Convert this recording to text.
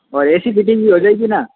और A C fitting भी हो जाएगी ना